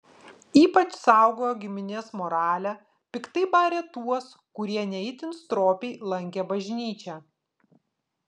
ypač saugojo giminės moralę piktai barė tuos kurie ne itin stropiai lankė bažnyčią